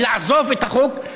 לעזוב את החוג,